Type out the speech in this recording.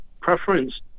preference